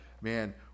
Man